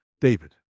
David